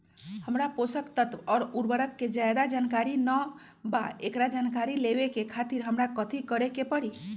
हमरा पोषक तत्व और उर्वरक के ज्यादा जानकारी ना बा एकरा जानकारी लेवे के खातिर हमरा कथी करे के पड़ी?